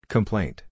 Complaint